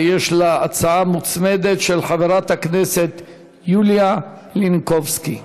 ויש הצעה מוצמדת של חברת הכנסת יוליה מלינובסקי.